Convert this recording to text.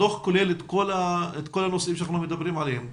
הדוח כולל את כל הנושאים שאנחנו מדברים עליהם,